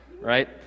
right